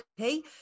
Okay